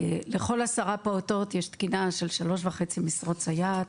לכל עשרה פעוטות יש תקינה של 3.5 משרות סייעת,